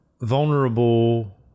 vulnerable